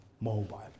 mobile